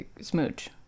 smooch